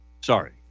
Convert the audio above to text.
Sorry